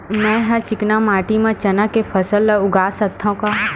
मै ह चिकना माटी म चना के फसल उगा सकथव का?